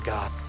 God